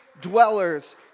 dwellers